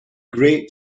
great